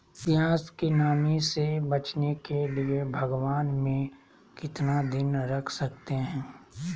प्यास की नामी से बचने के लिए भगवान में कितना दिन रख सकते हैं?